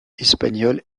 espagnole